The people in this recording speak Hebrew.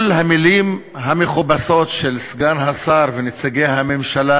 כל המילים המכובסות של סגן השר ונציגי הממשלה